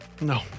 No